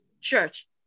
church